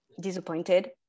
disappointed